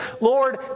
Lord